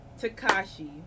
Takashi